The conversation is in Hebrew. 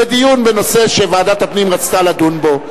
לדיון בנושא שוועדת הפנים רצתה לדון בו.